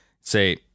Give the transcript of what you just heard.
say